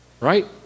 right